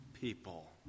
people